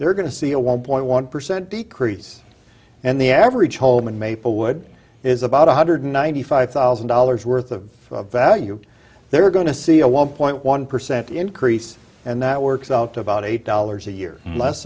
they're going to see a one point one percent decrease and the average home in maplewood is about one hundred ninety five thousand dollars worth of value they're going to see a one point one percent increase and that works out to about eight dollars a year less